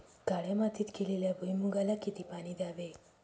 काळ्या मातीत केलेल्या भुईमूगाला किती पाणी द्यावे?